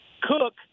Cook